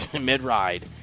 mid-ride